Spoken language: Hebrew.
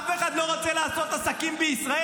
אף אחד לא רוצה לעשות עסקים בישראל.